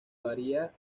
varía